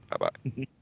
Bye-bye